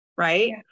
Right